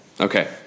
Okay